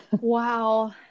Wow